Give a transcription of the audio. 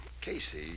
Casey